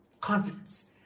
confidence